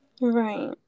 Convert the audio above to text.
right